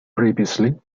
previously